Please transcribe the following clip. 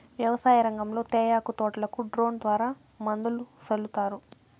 వ్యవసాయ రంగంలో తేయాకు తోటలకు డ్రోన్ ద్వారా మందులు సల్లుతారు